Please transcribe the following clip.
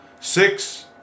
Six